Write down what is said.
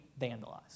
vandalized